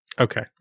Okay